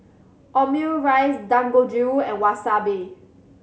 Omurice Dangojiru and Wasabi